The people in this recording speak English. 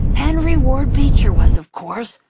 henry ward beecher was, of course,